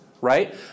right